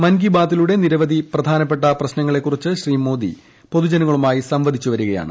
മൻ കി ബ്രാത്തിലൂടെ നിരവധി പ്രധാനപ്പെട്ട പ്രശ്നങ്ങളെ കുറിച്ച് ശ്രീ മോദി പൊതുജനങ്ങളുമായി സംവദിച്ചു വരികയാണ്